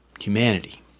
humanity